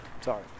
sorry